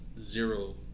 zero